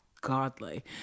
godly